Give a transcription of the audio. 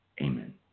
Amen